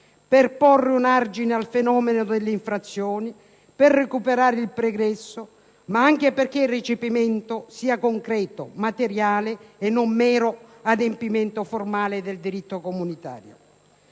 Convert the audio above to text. per porre un argine al fenomeno delle infrazioni, per recuperare il pregresso ma anche perché il recepimento sia concreto, materiale e non mero adempimento formale del diritto comunitario.